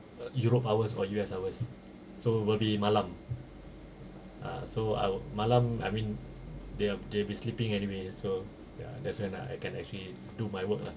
err europe hours or U_S hours so will be malam ah so I malam I mean they are they'll be sleeping anyway so ya that's when I can actually do my work lah